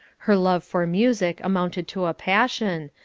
her love for music amounted to a passion,